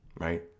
right